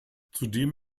zudem